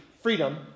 freedom